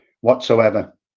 whatsoever